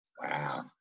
Wow